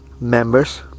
members